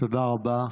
תודה רבה.